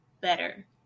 better